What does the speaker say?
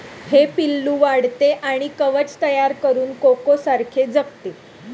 हे पिल्लू वाढते आणि कवच तयार करून कोकोसारखे जगते